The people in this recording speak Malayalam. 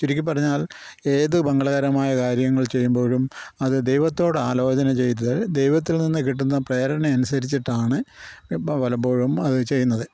ചുരുക്കിപ്പറഞ്ഞാൽ ഏത് മംഗളകരമായ കാര്യങ്ങൾ ചെയ്യുമ്പോഴും അത് ദൈവത്തോട് ആലോചന ചെയ്ത് ദൈവത്തിൽ നിന്ന് കിട്ടുന്ന പ്രേരണ അനുസരിച്ചിട്ടാണ് ഇപ്പോള് പലപ്പോഴും അത് ചെയ്യുന്നത്